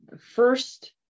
first